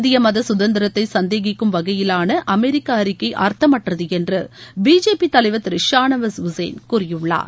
இந்திய மத குதந்திரத்தை சந்தேகிக்கும் வகையிலான அமெரிக்க அறிக்கை அர்த்தமற்றது என்று பிஜேபி தலைவர் திரு ஷாநவாஸ் உசேன் கூறியுள்ளார்